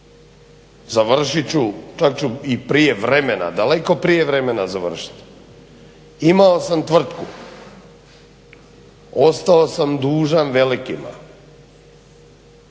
završit ću, čak ću i prije vremena, daleko prije vremena završiti. Imao sam tvrtku, ostao sam dužan velikima,